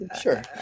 sure